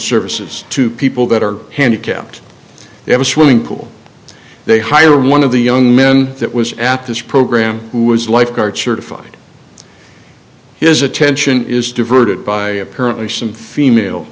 services to people that are handicapped they have a swimming pool they hire one of the young men that was at this program who was lifeguard certified his attention is diverted by apparently some female